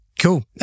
Cool